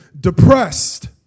depressed